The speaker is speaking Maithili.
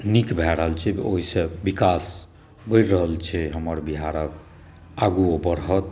नीक भए रहल छै ओहिसँ विकास बैढ़ रहल छै हमर बिहारक आगूओ बढ़त